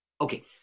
Okay